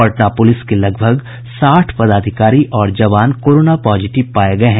Patna police के लगभग साठ पदाधिकारी और जवान कोरोना पॉजिटिव पाये गये हैं